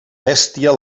bèstia